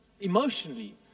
emotionally